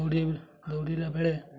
ଦୌଡ଼ି ଦୌଡ଼ିଲା ବେଳେ